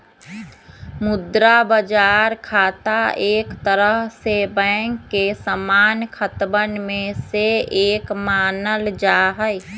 मुद्रा बाजार खाता एक तरह से बैंक के सामान्य खतवन में से एक मानल जाहई